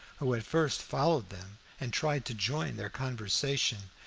who at first followed them and tried to join their conversation,